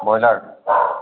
broiler